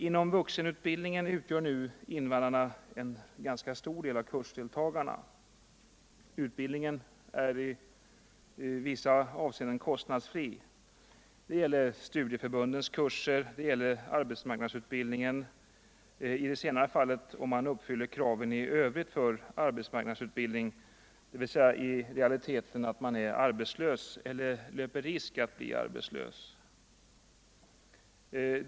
Inom vuxenutbildningen utgör invandrarna nu en stor del av kursdeltagarna. Utbildningen är i vissa avseenden kostnadsfri. Det gäller studieförbundens kurser, det gäller arbetsmarknadsutbildningen — i senare fallet dock om man uppfyller kraven i övrigt för arbetsmarknadsutbildning, det vill säga att man är arbetslös eller löper risk att bli arbetslös.